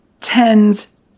tens